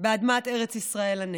באדמת ארץ ישראל, לנצח.